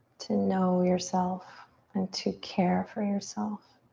to know yourself and to care for yourself.